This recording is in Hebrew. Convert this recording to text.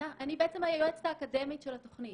אני בעצם היועצת האקדמית של התוכנית.